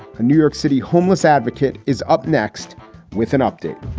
a new york city homeless advocate, is up next with an update